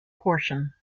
portion